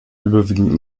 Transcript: überwiegend